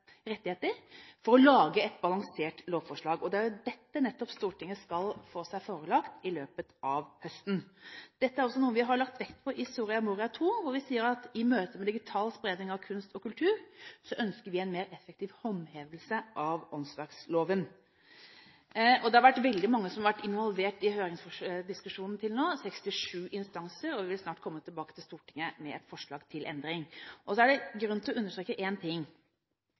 for å lage et balansert lovforslag. Det er jo nettopp dette Stortinget skal få seg forelagt i løpet av høsten. Dette er også noe vi har lagt vekt på i Soria Moria II, hvor vi sier: I møte med digital spredning av kunst og kultur ønsker vi en mer effektiv håndhevelse av åndsverksloven. Det har vært veldig mange som har vært involvert i høringsdiskusjonen til nå – 67 instanser – og vi vil snart komme tilbake til Stortinget med et forslag til endring. Det er grunn til å understreke én ting.